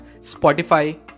Spotify